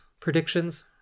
predictions